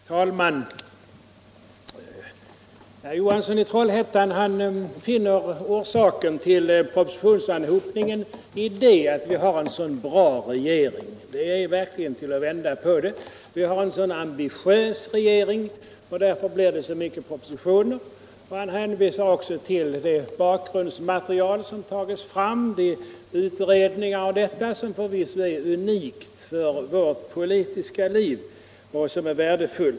Herr talman! Herr Johansson i Trollhättan finner orsaken till propositionsanhopningen däri att vi har en så bra regering. Det är verkligen att vända på saken. Vi har ”en så ambitiös regering”, säger han och därför blir det så många propositioner. Herr Johansson hänvisar även till det bakgrundsmaterial som tagits fram; utredningar och sådant som förvisso är unikt för vårt politiska liv.